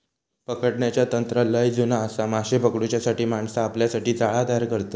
पकडण्याचा तंत्र लय जुना आसा, माशे पकडूच्यासाठी माणसा आपल्यासाठी जाळा तयार करतत